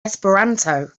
esperanto